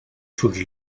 sus